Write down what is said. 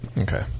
Okay